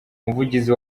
umuvugizi